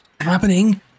happening